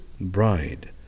bride